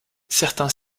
certains